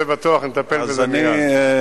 בטוח נטפל בזה מייד.